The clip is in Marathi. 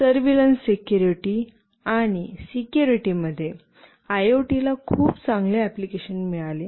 सर्व्हिलन्स सेक्युरिटी आणि सेक्युरिटी मध्ये आयओटीला खूप चांगले एप्लिकेशन मिळाले आहेत